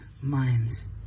minds